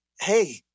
Hey